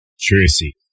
Tracy